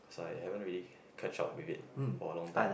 as I haven't really catch up with it for a long time